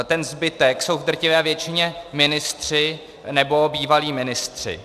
Ten zbytek jsou v drtivé většině ministři nebo bývalí ministři.